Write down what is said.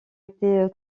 été